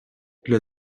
для